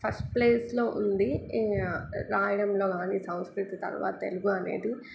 first ప్లేస్లో ఉంది రాయడంలో కానీ సంస్కృతి తర్వాత తెలుగు అనేది